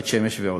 בית-שמש ועוד.